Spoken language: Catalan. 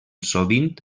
sovint